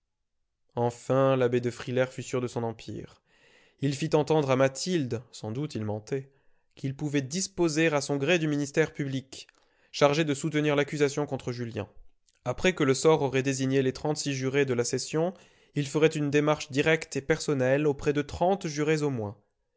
enfin l'abbé de frilair fut sûr de son empire il fit entendre à mathilde sans doute il mentait qu'il pouvait disposer à son gré du ministère public chargé de soutenir l'accusation contre julien après que le sort aurait désigné les trente-six jurés de la session il ferait une démarche directe et personnelle auprès de trente jurés au moins